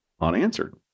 unanswered